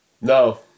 no